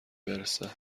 برسه